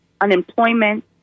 unemployment